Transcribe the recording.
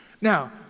Now